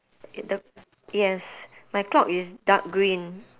the yes my clock is dark green